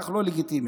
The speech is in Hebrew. אנחנו לא לגיטימיים.